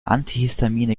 antihistamine